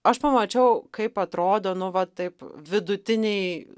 aš pamačiau kaip atrodo nu va taip vidutiniai